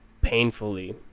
painfully